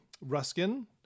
Ruskin